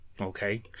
okay